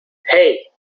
hey